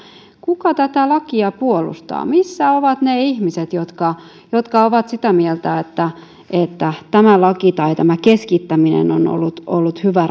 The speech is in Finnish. kuka tätä lakia puolustaa missä ovat ne ihmiset jotka jotka ovat sitä mieltä että tämä laki tai tämä keskittäminen on on ollut ollut hyvä